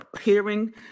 hearing